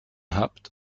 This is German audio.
habt